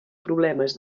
problemes